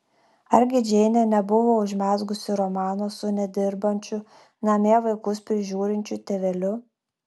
argi džeinė nebuvo užmezgusi romano su nedirbančiu namie vaikus prižiūrinčiu tėveliu